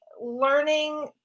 learning